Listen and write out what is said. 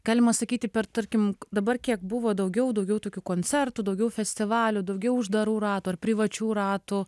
galima sakyti per tarkim dabar kiek buvo daugiau daugiau tokių koncertų daugiau festivalių daugiau uždarų ratų ar privačių ratų